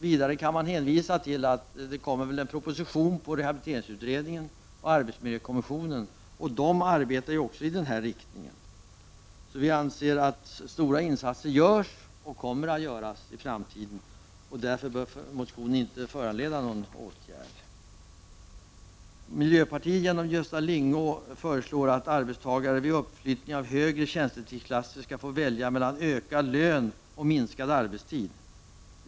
Vidare kan man hänvisa till att det kommer att framläggas en proposition baserad på rehabiliteringsutredningens och arbetsmiljökommissionens arbete. De arbetar ju också i den här riktningen. Vi anser att stora insatser görs och kommer att göras i framtiden. Därför bör motionen inte föranleda någon åtgärd. Miljöpartiet genom Gösta Lyngå föreslår att arbetstagare vid uppflyttning till högre tjänstetidsklasser skall få välja mellan ökad lön och minskad arbetstid.